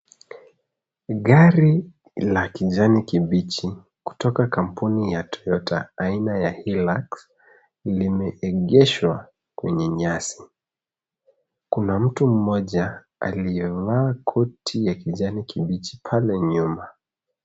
Gari la kijani kibichi kutoka kampuni ya Toyota aina ya hilux limeegeshwa kwenye nyasi. Kuna my mmoja aliyevaa koti la kijani kibichi pale nyuma.